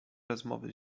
rozmowy